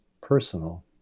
personal